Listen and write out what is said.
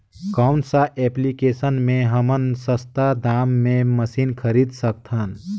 कौन सा एप्लिकेशन मे हमन सस्ता दाम मे मशीन खरीद सकत हन?